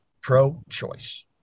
pro-choice